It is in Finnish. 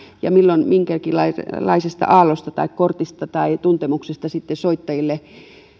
ja milloin minkäkinlaisesta aallosta tai kortista tai tuntemuksista sitten soittajille